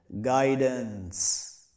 guidance